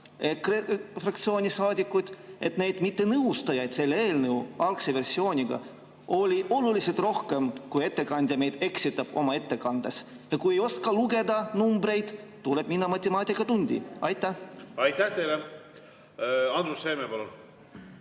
fraktsiooni saadikuid. Neid mittenõustujaid selle eelnõu algse versiooniga oli oluliselt rohkem, kui ettekandja meid oma ettekandes eksitab. Kui ei oska lugeda numbreid, tuleb minna matemaatikatundi. Aitäh teile! Andrus Seeme, palun!